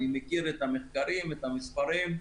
אני מכיר את המחקרים, את המספרים.